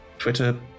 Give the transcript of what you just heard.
Twitter